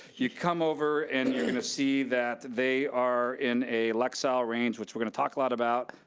you come over and you're gonna see that they are in a lexile range, which we're gonna talk a lot about,